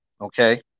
Okay